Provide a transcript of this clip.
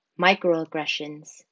microaggressions